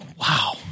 Wow